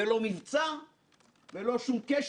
הוא כשל שמתקיים כל הזמן